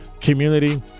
Community